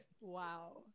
Wow